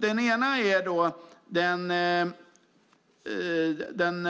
Den ena frågan gäller den